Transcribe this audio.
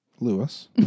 Lewis